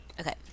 Okay